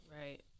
Right